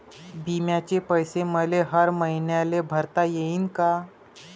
बिम्याचे पैसे मले हर मईन्याले भरता येईन का?